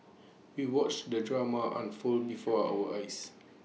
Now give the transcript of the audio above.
we watched the drama unfold before our eyes